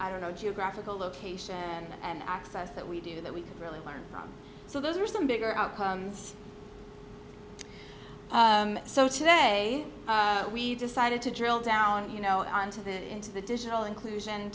i don't know geographical location and access that we do that we can really learn so those are some bigger outcomes so today we decided to drill down you know on to the into the digital inclusion